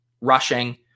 rushing